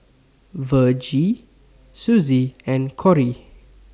Virgie Suzy and Kory